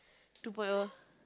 two point O